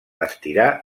estirar